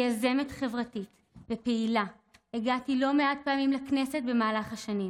כיוזמת חברתית ופעילה הגעתי לא מעט פעמים לכנסת במהלך השנים